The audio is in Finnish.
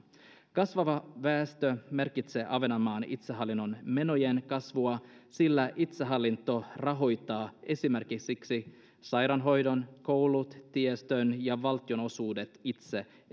kasvava väestö merkitsee ahvenanmaan itsehallinnon menojen kasvua sillä itsehallinto rahoittaa esimerkiksi sairaanhoidon koulut tiestön ja valtionosuudet itse